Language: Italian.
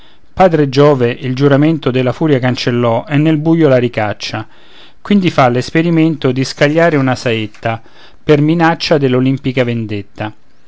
padre giove il giuramento della furia cancellò e nel buio la ricaccia quindi fa l'esperimento di scagliare una saetta per minaccia dell'olimpica vendetta